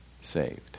saved